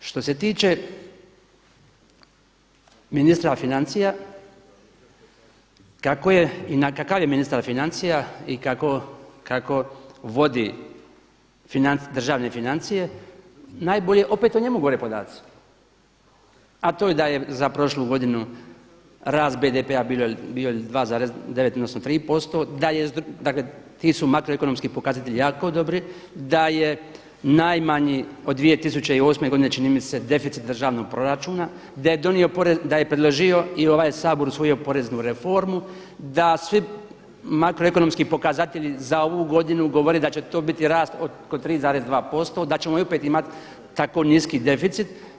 Što se tiče ministra financija, kako je i na kava je ministar financija i kako vodi državne financije, najbolje opet o njemu govore podaci, a to je da je za prošlu godinu rast BPD-a bio 2,9 odnosno 3%, dakle ti su makroekonomski pokazatelji jako dobri, da je najmanji od 2008. godine čini mi se deficit državnog proračuna, da je predložio i ovaj Sabor usvojio poreznu reformu, da svi makroekonomski pokazatelji za ovu godinu govori da će to biti rast oko 3,2% da ćemo opet imati tako niski deficit.